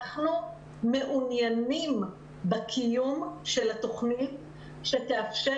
אנחנו מעוניינים בקיום של התכנית שתאפשר